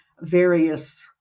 various